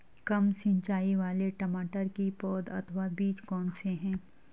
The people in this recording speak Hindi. कम सिंचाई वाले टमाटर की पौध अथवा बीज कौन से हैं?